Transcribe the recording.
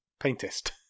Paintist